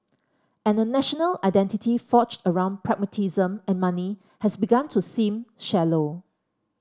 and a national identity forged around pragmatism and money has begun to seem shallow